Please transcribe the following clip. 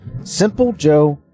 SimpleJoe